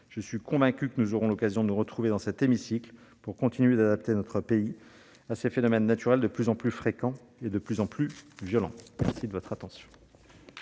Je suis convaincu que nous aurons l'occasion de nous retrouver dans cet hémicycle pour continuer d'adapter notre pays à ces phénomènes naturels de plus en plus fréquents et de plus en plus violents. La parole est